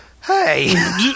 Hey